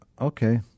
okay